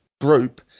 group